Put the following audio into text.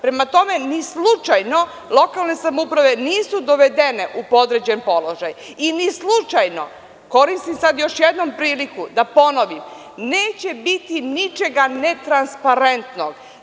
Prema tome, ni slučajno lokalne samouprave nisu dovedene u podređeni položaja, i ni slučajno, koristim još jednom priliku da ponovim, neće biti ničega netransparentnog.